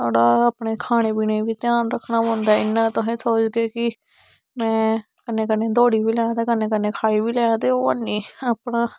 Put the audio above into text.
थोह्ड़ा अपना खाने पीने च बी ध्यान रक्खना पौंदा ऐ इ'यां तुस सोचगे कि कन्नै कन्नै दौड़ी बी लैं ते कन्नै कन्नै खाई बी लैं ओह् हैनी अपना